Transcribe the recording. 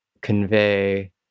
convey